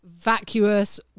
vacuous